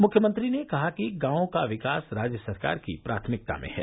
मुख्यमंत्री ने कहा कि गांवों का विकास राज्य सरकार की प्राथमिकता में है